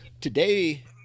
today